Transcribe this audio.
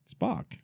Spock